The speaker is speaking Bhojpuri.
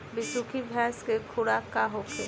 बिसुखी भैंस के खुराक का होखे?